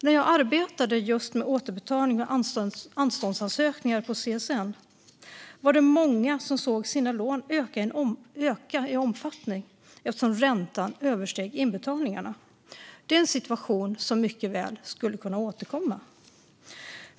När jag arbetade just med återbetalning och anståndsansökningar på CSN var det många som såg sina lån öka i omfattning eftersom räntan översteg inbetalningarna. Det är en situation som mycket väl skulle kunna återkomma.